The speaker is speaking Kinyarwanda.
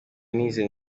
nize